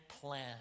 plan